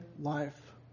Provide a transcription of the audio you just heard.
life